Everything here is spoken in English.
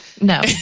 no